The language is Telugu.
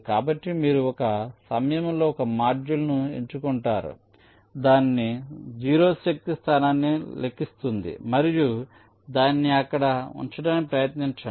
కాబట్టి మీరు ఒక సమయంలో ఒక మాడ్యూల్ను ఎంచుకుంటారు దాని 0 శక్తి స్థానాన్ని లెక్కిస్తుంది మరియు దానిని అక్కడ ఉంచడానికి ప్రయత్నించండి